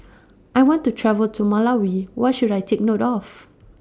I want to travel to Malawi What should I Take note of